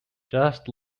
just